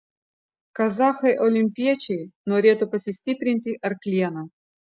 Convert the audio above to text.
kazachai olimpiečiai norėtų pasistiprinti arkliena